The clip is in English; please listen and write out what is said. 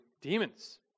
demons